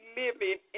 living